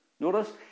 Notice